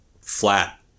flat